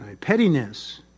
pettiness